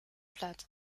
platt